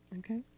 Okay